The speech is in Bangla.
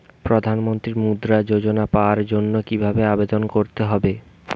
প্রধান মন্ত্রী মুদ্রা যোজনা পাওয়ার জন্য কিভাবে আবেদন করতে হবে?